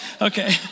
Okay